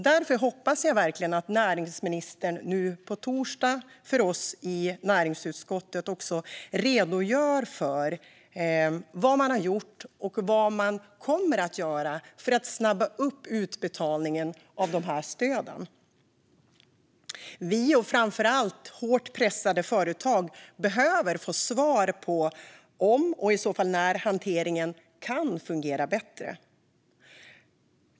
Därför hoppas jag att näringsministern i näringsutskottet nu på torsdag redogör för vad man har gjort och vad man kommer att göra för att snabba upp utbetalningen av stöden. Vi och framför allt hårt pressade företagare behöver få svar på om och i så fall när hanteringen kan fungera bättre.